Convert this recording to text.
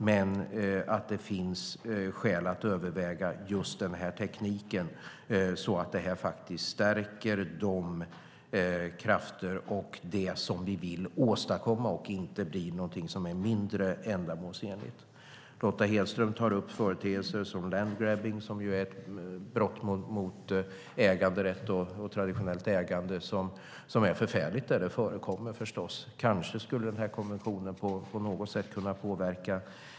Men det finns skäl att överväga just den här tekniken så att det stärker krafter och det som vi vill åstadkomma och inte bli någonting som är mindre ändamålsenligt. Lotta Hedström tar upp företeelser som landgrabbing som är ett brott mot äganderätt och traditionellt ägande som är förfärligt där det förekommer. Kanske skulle konventionen på något sätt kunna påverka.